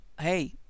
hey